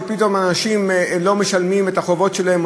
שפתאום אנשים לא משלמים את החובות שלהם,